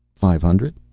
five hundred?